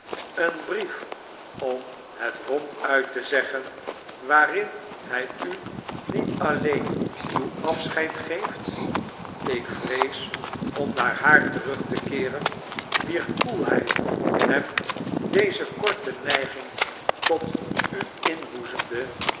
een brief om het ronduit te zeggen waarin hij u niet alleen uw afscheid geeft ik vrees om naar haar terug te keeren wier koelheid hem deze korte neiging tot u inboezemde